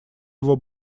его